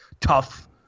tough